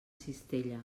cistella